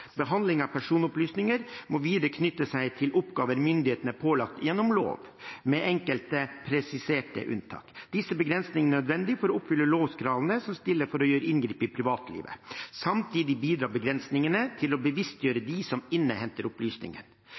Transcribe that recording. Behandling av personopplysninger må videre være knyttet til oppgaver myndighetene er pålagt gjennom lov, med enkelte presiserte unntak. Disse begrensningene er nødvendig for å oppfylle lovens krav som stilles for å gjøre inngripen i privatlivet. Samtidig bidrar begrensningene til å bevisstgjøre dem som innhenter